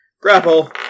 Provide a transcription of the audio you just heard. Grapple